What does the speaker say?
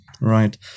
Right